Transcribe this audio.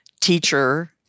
teacher